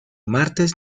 martes